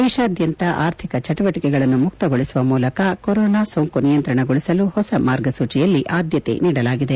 ದೇಶಾದ್ಯಂತ ಆರ್ಥಿಕ ಚಟುವಟಿಕೆಗಳನ್ನು ಮುಕ್ತಗೊಳಿಸುವ ಮೂಲಕ ಕೊರೋನಾ ಸೋಂಕು ನಿಯಂತ್ರಣಗೊಳಿಸಲು ಹೊಸ ಮಾರ್ಗಸೂಚಿಯಲ್ಲಿ ಆದ್ದತೆ ನೀಡಲಾಗಿದೆ